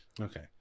okay